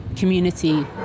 community